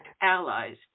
allies